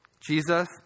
Jesus